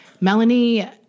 Melanie